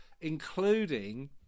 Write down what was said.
including